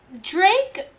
Drake